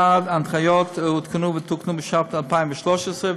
ההנחיות עודכנו ותוקנו בשנת 2013,